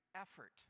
effort